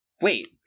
wait